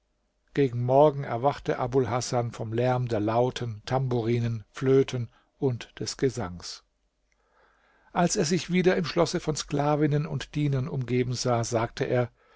gegen morgen erwachte abul hasan vom lärm der lauten tamburinen flöten und des gesangs als er sich wieder im schlosse von sklavinnen und dienern umgeben sah sagte er